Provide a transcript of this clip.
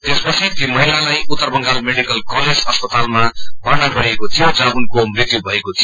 त्यसपछि यी महिलालाई उत्तर बंगाल मेडिकल कलेज अस्पतालमा भर्ना गरिएको थियो जर्हो उनको मृत्यु भएको थियो